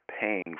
paying